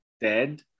dead